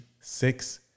six